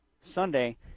Sunday